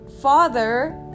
father